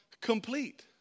complete